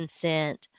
consent